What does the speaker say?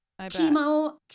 chemo